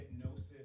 hypnosis